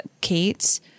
Kate